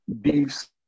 beefs